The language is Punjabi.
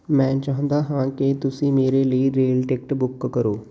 ਮੈਂ ਚਾਹੁੰਦਾ ਹਾਂ ਕਿ ਤੁਸੀਂ ਮੇਰੇ ਲਈ ਰੇਲ ਟਿਕਟ ਬੁੱਕ ਕਰੋ